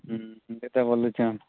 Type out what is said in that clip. ଉଁ ହୁଁ ସେଇଟା ବୋଲୁଛନ୍